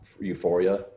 Euphoria